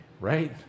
right